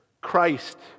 Christ